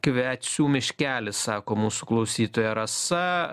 kvecių miškelis sako mūsų klausytoja rasa